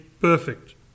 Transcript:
perfect